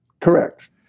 Correct